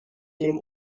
dem